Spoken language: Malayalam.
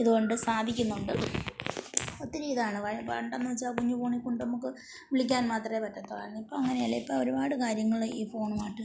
ഇത്കൊണ്ട് സാധിക്കുന്നുണ്ട് ഒത്തിരി ഇതാണ് പണ്ടെന്ന് വെച്ചാൽ കുഞ്ഞു ഫോണിൽ കൊണ്ട് നമുക്ക് വിളിക്കാൻ മാത്രമെ പറ്റത്തുള്ളായിരുന്ന് ഇപ്പം അങ്ങനെയല്ല ഇപ്പോൾ ഒരുപാട് കാര്യങ്ങള് ഈ ഫോണുമായിട്ട്